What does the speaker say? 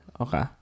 Okay